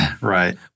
Right